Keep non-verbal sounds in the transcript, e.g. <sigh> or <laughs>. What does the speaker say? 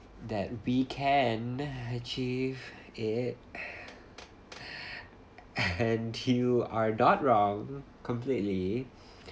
that we can achieve it <breath> <laughs> and you are not wrong completely